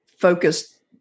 focused